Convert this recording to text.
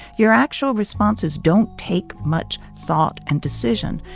your actual responses don't take much thought and decision.